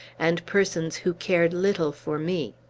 and persons who cared little for me.